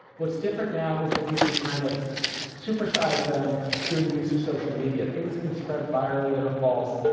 what's different now is that you can kind of supersize them through the use of social media. things can spread virally that are false.